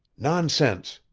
nonsense!